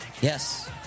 Yes